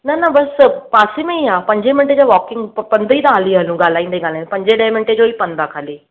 न न बसि पासे में ई आहे पंजे मिन्टे जो वॉकिंग प पंध ई था हली हलूं ॻाल्हाईंदे ॻाल्हाईंदे पंजे ॾहें मिन्टे जो ई पंध आहे ख़ाली